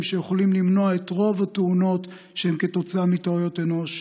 שיכולים למנוע את רוב התאונות שהן כתוצאה מטעויות אנוש,